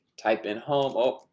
type in home oh,